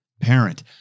Parent